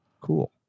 Cool